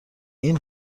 این